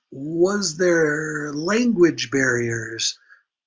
was there language barriers,